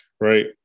right